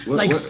like. what,